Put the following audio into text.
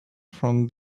from